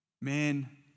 Man